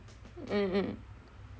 mm mm